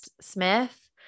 Smith